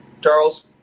Charles